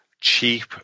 cheap